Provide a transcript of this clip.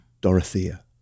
Dorothea